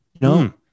No